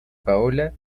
paola